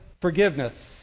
forgiveness